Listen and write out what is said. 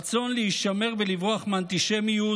רצון להישמר ולברוח מהאנטישמיות,